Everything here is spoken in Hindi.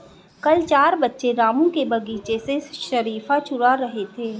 कल चार बच्चे रामू के बगीचे से शरीफा चूरा रहे थे